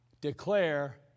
declare